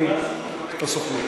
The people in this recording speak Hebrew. בסוכנות.